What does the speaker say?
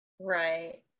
Right